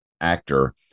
actor